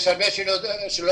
יש הרבה של יודעים.